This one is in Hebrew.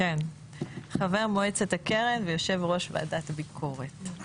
חבר מועצת הקרן ויושב ראש ועדת הביקורת.